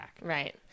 right